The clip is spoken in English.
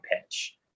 pitch